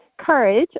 courage